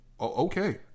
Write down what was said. Okay